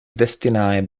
destiny